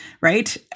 right